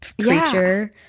creature